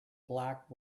black